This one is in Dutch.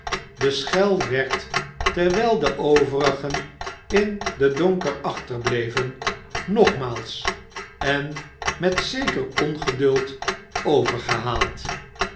de schel werd terwijl de overigen in den donker achterbleven nogmaals en met zeker ongeduld